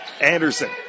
Anderson